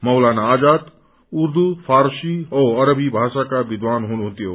मौलाना आजाद उर्दू फारसी औ अरबी भाषाको विद्वान हुनुहुन्थ्यो